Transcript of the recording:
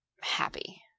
happy